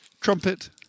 Trumpet